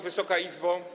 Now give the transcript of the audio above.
Wysoka Izbo!